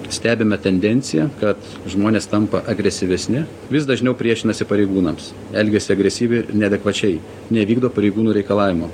stebime tendenciją kad žmonės tampa agresyvesni vis dažniau priešinasi pareigūnams elgiasi agresyviai ir neadekvačiai nevykdo pareigūnų reikalavimų